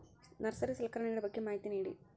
Nursery ಸಲಕರಣೆಗಳ ಬಗ್ಗೆ ಮಾಹಿತಿ ನೇಡಿ?